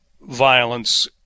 violence